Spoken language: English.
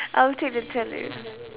I would take the teleph~